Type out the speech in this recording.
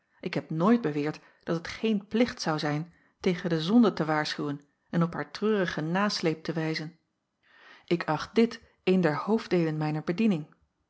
ik heb nooit beweerd dat het geen plicht zou zijn tegen de zonde te waarschuwen en op haar treurigen nasleep te wijzen ik acht dit een der hoofddeelen mijner bediening